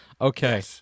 Okay